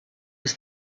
was